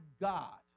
god